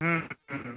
হুম হুম